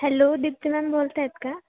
hello Deepti ma'am बोलत आहेत का